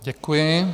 Děkuji.